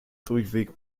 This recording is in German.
durchweg